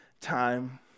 time